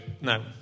No